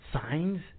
signs